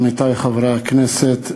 עמיתי חברי הכנסת,